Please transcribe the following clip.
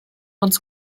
uns